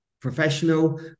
professional